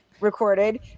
recorded